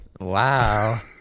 Wow